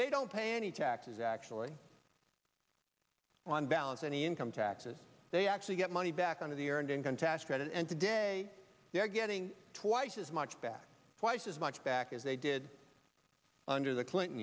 they don't pay any taxes actually on balance any income taxes they actually get money back on to the earned income tax credit and today they're getting twice as much back twice as much back as they did under the clinton